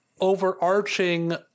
overarching